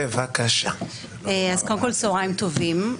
צוהריים טובים.